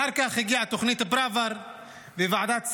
אחר כך הגיעו תוכנית פראוור וועדת סקופ,